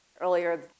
earlier